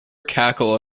cackle